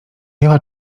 biała